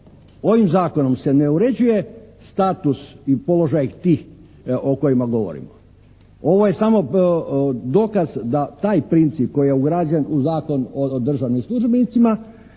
Ovim zakonom se ne uređuje status i položaj tih o kojima govorimo. Ovo je samo dokaz da taj princip koji je ugrađen u Zakon o državnim službenicima